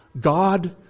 God